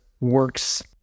works